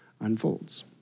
unfolds